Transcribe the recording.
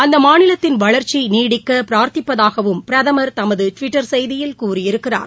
அந்த மாநிலத்தின் வளர்ச்சி நீடிக்க பிரார்த்திப்பதாகவும் பிரதமன் தமது டுவிட்டர் செய்தியில் கூறியிருக்கிறார்